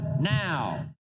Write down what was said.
now